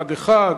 אחד-אחד,